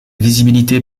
visibilité